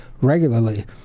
regularly